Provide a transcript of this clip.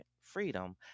freedom